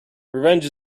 revenge